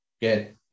good